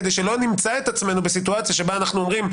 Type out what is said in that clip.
כדי שלא נמצא את עצמנו בסיטואציה שבה אנחנו אומרים: